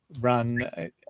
run